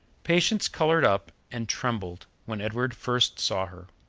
patience colored up and trembled when edward first saw her.